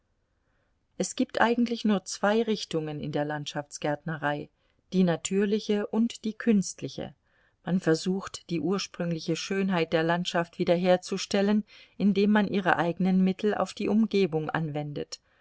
es gibt eigentlich nur zwei richtungen in der landschaftsgärtnerei die natürliche und die künstliche man versucht die ursprüngliche schönheit der landschaft wiederherzustellen indem man ihre eigenen mittel auf die umgebung anwendet